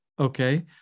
Okay